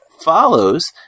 follows